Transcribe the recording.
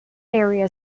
area